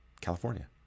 California